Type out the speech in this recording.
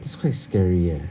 it's quite scary eh